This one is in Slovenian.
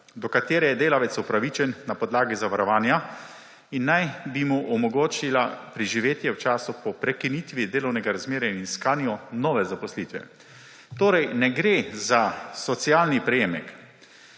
do katere je delavec upravičen na podlagi zavarovanja in naj bi mu omogočila preživetje v času po prekinitvi delovnega razmerja in iskanju nove zaposlitve. Torej ne gre za socialni prejemek.